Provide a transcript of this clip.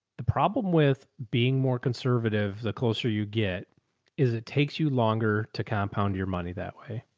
the problem with being more conservative, the closer you get is it takes you longer to compound your money that way.